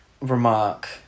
remark